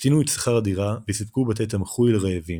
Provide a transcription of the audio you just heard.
הקטינו את שכר הדירה, וסיפקו בתי תמחוי לרעבים,